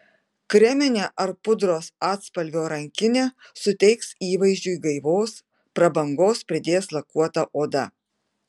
kreminė ar pudros atspalvio rankinė suteiks įvaizdžiui gaivos prabangos pridės lakuota oda